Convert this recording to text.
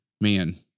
man